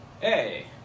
Hey